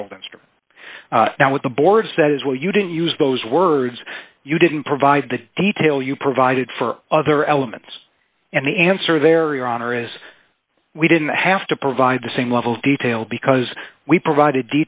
instrument now with the board says well you didn't use those words you didn't provide the detail you provided for other elements and the answer there your honor is we didn't have to provide the same level of detail because we provided